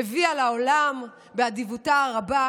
הביאה לעולם באדיבותה הרבה,